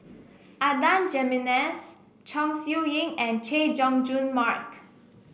Adan Jimenez Chong Siew Ying and Chay Jung Jun Mark